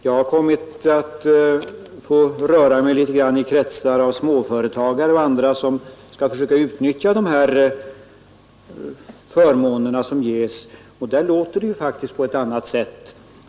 Jag har kommit att röra mig litet i kretsar av småföretagare och andra, som skall försöka utnyttja de ekonomiska förmåner som ges, och där låter det faktiskt på ett helt annat sätt.